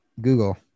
Google